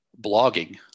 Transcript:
blogging